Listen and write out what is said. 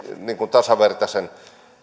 tasavertaisen